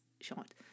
shot